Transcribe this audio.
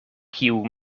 kiu